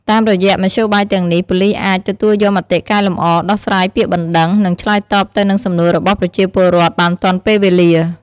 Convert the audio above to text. តាមរយៈមធ្យោបាយទាំងនេះ ប៉ូលីសអាច ទទួលយកមតិកែលម្អ ដោះស្រាយពាក្យបណ្ដឹង និងឆ្លើយតបទៅនឹងសំណួររបស់ប្រជាពលរដ្ឋបានទាន់ពេលវេលា។